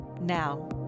now